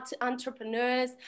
entrepreneurs